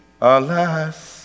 Alas